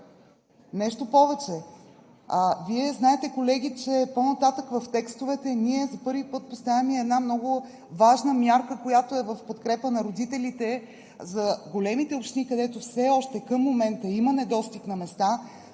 Нещо повече, Вие знаете, колеги, че по-нататък в текстовете ние за първи път поставяме и една много важна мярка, която е в подкрепа на родителите, за големите общини, където все още към момента има недостиг на места,